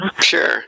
Sure